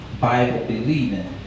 Bible-believing